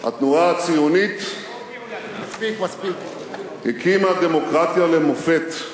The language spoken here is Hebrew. התנועה הציונית הקימה דמוקרטיה למופת,